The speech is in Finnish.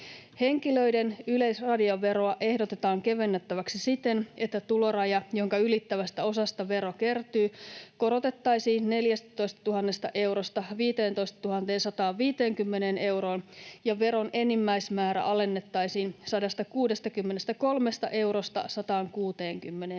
Henkilöiden yleisradioveroa ehdotetaan kevennettäväksi siten, että tuloraja, jonka ylittävästä osasta vero kertyy, korotettaisiin 14 000 eurosta 15 150 euroon ja veron enimmäismäärä alennettaisiin 163 eurosta 160 euroon.